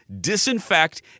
disinfect